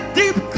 deep